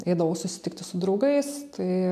eidavau susitikti su draugais tai